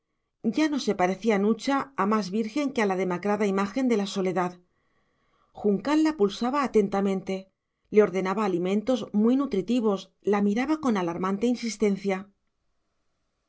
ya no se parecía nucha a más virgen que a la demacrada imagen de la soledad juncal la pulsaba atentamente le ordenaba alimentos muy nutritivos la miraba con alarmante insistencia